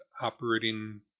operating